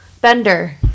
bender